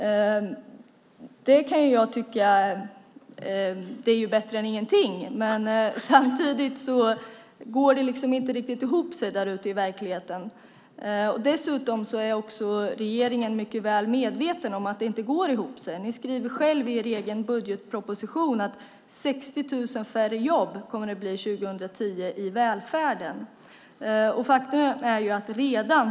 Det är bättre än ingenting, men samtidigt går det inte riktigt ihop där ute i verkligheten. Regeringen är dessutom mycket väl medveten om att det inte går ihop - ni skriver i er egen budgetproposition att det kommer att bli 60 000 färre jobb i välfärden 2010.